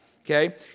Okay